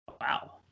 Wow